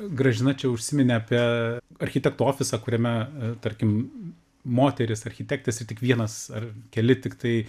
gražina čia užsiminė apie architekto ofisą kuriame tarkim moterys architektės ir tik vienas ar keli tiktai